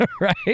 Right